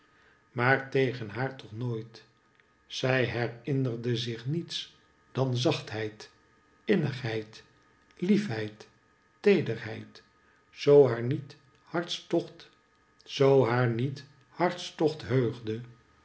maar tegen haar toch nooit zij herinnerde zich niets dan zachtheid innigheid liefheid teederheid zoo haar niet hartstocht heugde